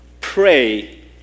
pray